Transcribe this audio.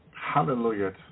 Hallelujah